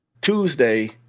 Tuesday